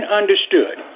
understood